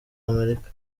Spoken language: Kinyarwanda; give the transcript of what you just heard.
amerika